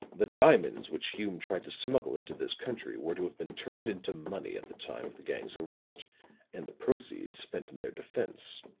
the diamonds which hume tried to smuggle into this country were to have been turned into money at the time of the gang's arrest and the proceeds spent in their defense.